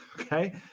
okay